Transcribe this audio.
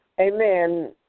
Amen